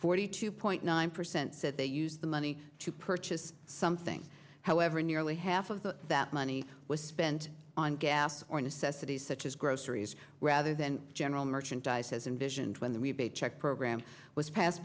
forty two point nine percent said they used the money to purchase something however nearly half of the that money was spent on gas or necessities such as groceries rather than general merchandise as envisioned when the rebate check program was passed